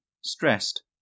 stressed